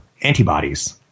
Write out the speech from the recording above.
antibodies